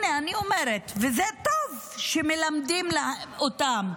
הינה, אני אומרת, וזה טוב שמלמדים אותם.